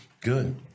Good